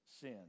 sin